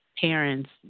parents